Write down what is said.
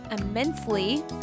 immensely